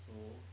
so